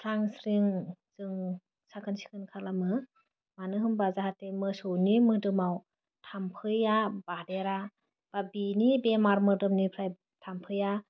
स्रां स्रिं जों साखोन सिखोन खालामो मानो होमबा जाहाथे मोसौनि मोदोमाव थाम्फैआ बादेरा बा बेनि बेमार मोदोमनिफ्राय थाम्फैआ